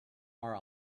are